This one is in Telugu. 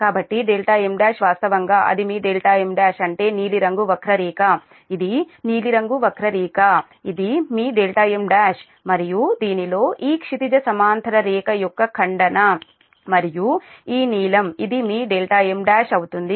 కాబట్టి m1 వాస్తవంగా అది మీ m1 అంటే నీలిరంగు వక్రరేఖ ఇది నీలిరంగు వక్రరేఖ ఇది మీ m1 మరియు దీనిలో ఈ క్షితిజ సమాంతర రేఖ యొక్క ఖండన మరియు ఈ నీలం ఇది మీ m1 అవుతుంది